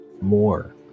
more